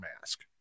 mask